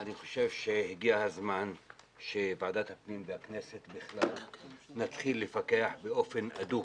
אני חושב שהגיע הזמן שוועדת הפנים והכנסת בכלל תתחיל לפקח באופן הדוק